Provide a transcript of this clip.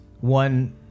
one